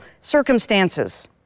circumstances